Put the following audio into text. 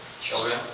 Children